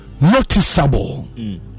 noticeable